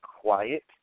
quiet